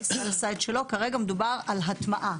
ישראל עשה את שלו כרגע מדובר על הטמעה,